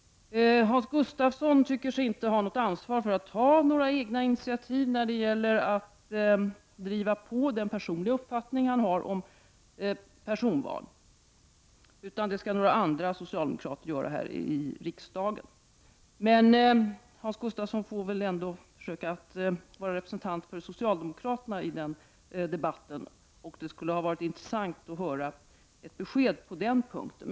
Hans Gustafsson anser sig inte ha något ansvar för att ta egna initiativ när det gäller att driva på sin personliga uppfattning om personval. Den frågan kan andra socialdemokrater här i riksdagen driva, menar han. Men Hans Gustafsson får väl ändå försöka vara representant för socialdemokraterna i den debatten. Det skulle ha varit intressant att få ett besked av honom på den punkten.